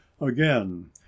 again